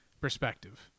perspective